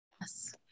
Yes